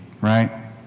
right